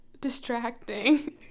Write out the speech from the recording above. distracting